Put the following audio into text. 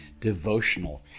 devotional